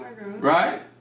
right